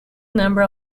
number